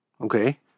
Okay